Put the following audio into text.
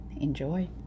Enjoy